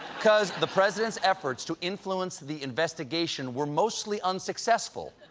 because the president's efforts to influence the investigation were mostly unsuccessful,